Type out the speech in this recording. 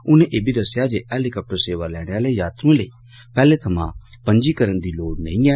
उनें एह् बी दस्सेआ जे हैलीकाप्टर सेवा लैने आले यात्रुएं लेई पैहले थमां पंजीकरण दी लोड़ नेईं ऐ